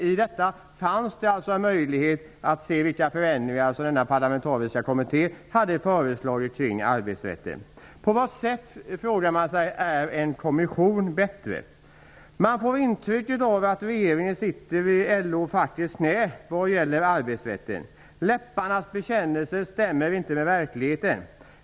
I detta låg en möjlighet att se vilka förändringar som den parlamentariska kommittén hade föreslagit kring arbetsrätten. På vad sätt, frågar man sig, är en kommission bättre? Man får intrycket av att regeringen sitter i LO:s och fackets knä då det gäller arbetsrätten. Läpparnas bekännelser stämmer inte med verkligheten.